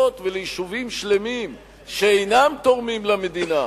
וליישובים שלמים שאינם תורמים למדינה,